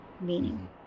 meaning